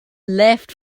left